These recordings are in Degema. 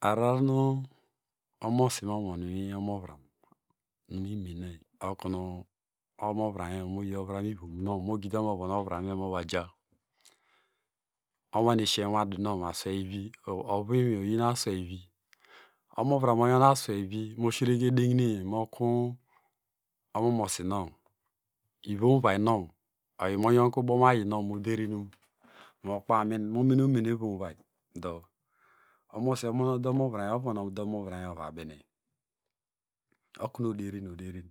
Ararar omosi nu okunu omovamyo moya ovram egi no mogidi okunu moraja owana shiye unwadunow mosoweiri ovu inwi oyun asweivi omovram onyan asweivi mọ sheke edegineye mọ kun ivom uvainow oyimonyonke ubomuayinow moder inum mokpo amin momene umenivomvai dọ omomosi omon ude omovramyo omomosi ovonu ude omovranyo ovabene okunu oderin oderin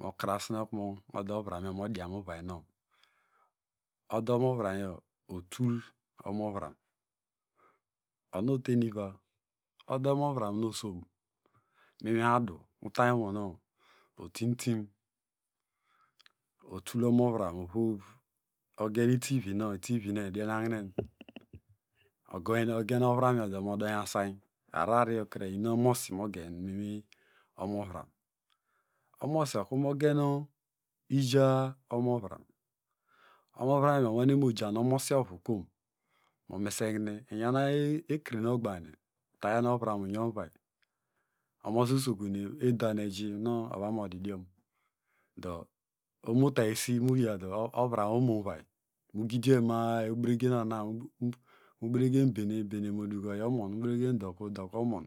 mokraene okunu ude omovamyo modian muvayno ode omavranyo. Onu etan iva. ode omairan nu osom inwi adu otimtim otul omovram mogen itivinow, odinangine ogen ovramyo dọ mọ doiny asainy arararyokre iyinu omomosi mo gen mu inwi omavram omosi okiru mogene ija omovram ovu kom omesehi ine onyan ekrenogbarigine otayan ovram oyon uvai omosi usokimu eda nu eji nu ovomodidiom ohu nu mutaesi uya dọ ovramwo omọ mugidioyi ma- a- a mubregen bene, bene. Modukomu oyi momon ubregen doku, doku, omon.